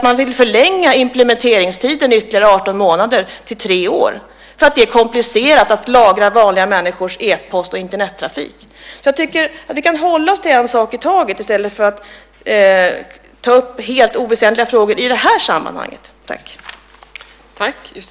Man vill förlänga genomförandetiden med ytterligare 18 månader till tre år därför att det är komplicerat att lagra vanliga människors e-post och Internettrafik. Jag tycker att vi kan hålla oss till en sak i taget i stället för att ta upp helt oväsentliga frågor i det här sammanhanget.